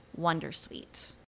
Wondersuite